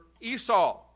Esau